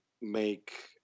make